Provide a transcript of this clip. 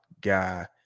guy